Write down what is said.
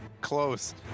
Close